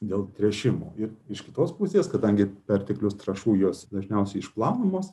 dėl tręšimo ir iš kitos pusės kadangi perteklius trąšų jos dažniausiai išplaunamos